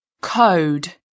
code